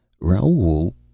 Raoul